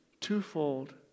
twofold